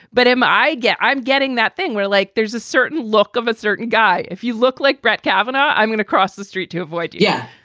but am i get i'm getting that thing. we're like there's a certain look of a certain guy. if you look like brett kavanaugh, i'm going across the street to avoid. yeah.